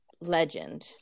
legend